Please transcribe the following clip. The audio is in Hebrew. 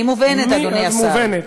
היא מובנת, אדוני השר.